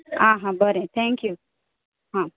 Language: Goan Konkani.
आ हा बरें थॅक्यू हा